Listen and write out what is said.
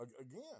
Again